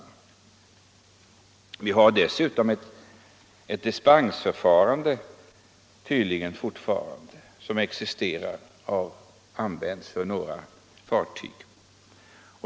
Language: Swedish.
Dessutom existerar fortfarande ett dispensförfarande som har använts för några fartyg.